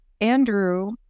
Andrew